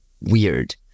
weird